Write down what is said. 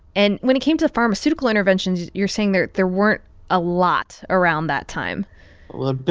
and when it came to pharmaceutical interventions, you're saying there there weren't a lot around that time well,